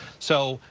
so,